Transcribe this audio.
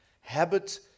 habit